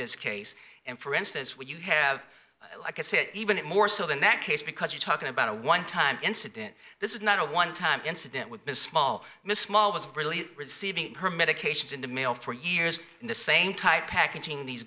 this case and for instance when you have like i said even more so than that case because you're talking about a one time incident this is not a one time incident with small mismo was really receiving her medications in the mail for years in the same type packaging these